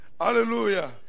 Hallelujah